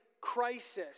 crisis